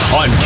on